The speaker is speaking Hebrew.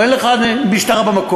או אין לך משטרה במקום,